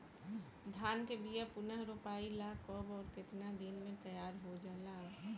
धान के बिया पुनः रोपाई ला कब और केतना दिन में तैयार होजाला?